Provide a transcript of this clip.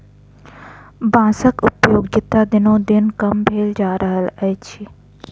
बाँसक उपयोगिता दिनोदिन कम भेल जा रहल अछि